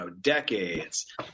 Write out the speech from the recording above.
decades